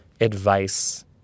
advice